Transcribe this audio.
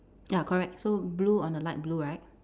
ya correct so blue on a light blue right